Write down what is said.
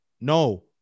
No